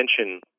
attention